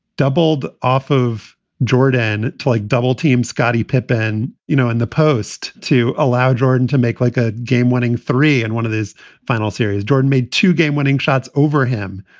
doubled off of jordan to like double team scottie pippen, you know, in the post to allow jordan to make like a game winning three. and one of his final series, jordan made two game winning shots over him.